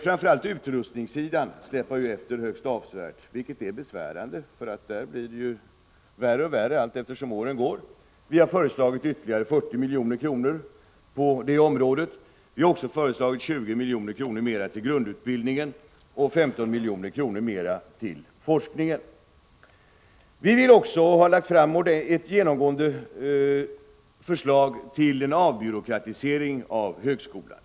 Framför allt släpar utrustningssidan efter högst avsevärt, vilket är besvärande. Förhållandena blir ju värre allteftersom åren går. Vi har föreslagit ytterligare 40 milj.kr. på det området. Vi har också föreslagit 20 milj.kr. mera till grundutbildningen och 15 milj.kr. mera till forskningen. Vi har vidare lagt fram förslag om en genomgående avbyråkratisering av högskolan.